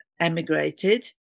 emigrated